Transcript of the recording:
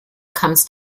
comes